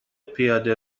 پیاده